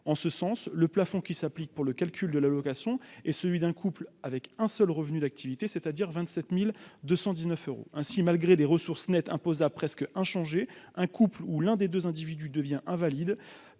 en ce sens, le plafond qui s'applique pour le calcul de l'allocation est celui d'un couple avec un seul revenu d'activités, c'est-à-dire 27219 euros ainsi malgré des ressources nettes imposables presque inchangé, un couple où l'un des 2 individus devient invalide